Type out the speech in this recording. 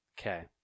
Okay